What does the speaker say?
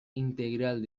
integral